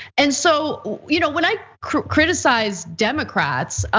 and so, you know when i criticize democrats,